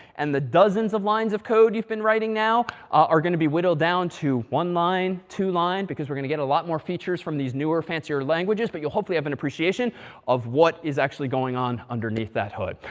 and the dozens of lines of code you've been writing now are going to be whittled down to one line, two line, because we're going to get a lot more features from these newer, fancier languages. but you'll hopefully have an appreciation of what is actually going on underneath that hood.